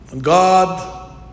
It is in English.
God